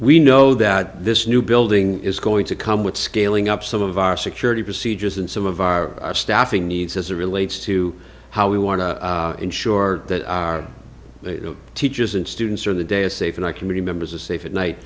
we know that this new building is going to come with scaling up some of our security procedures and some of our staffing needs as a relates to how we want to ensure that our teachers and students are in the data safe and i can remember as a safe at night